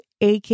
AK